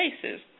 places